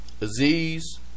Aziz